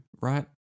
right